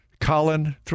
Colin